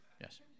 Yes